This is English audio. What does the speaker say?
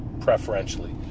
preferentially